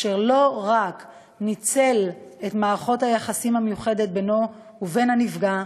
אשר לא רק ניצל את מערכת היחסים המיוחדת בינו ובין הנפגע